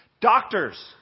Doctors